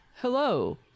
hello